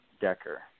Decker